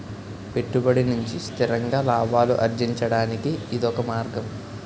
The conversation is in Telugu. పెట్టుబడి నుంచి స్థిరంగా లాభాలు అర్జించడానికి ఇదొక మార్గం